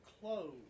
clothes